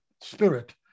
spirit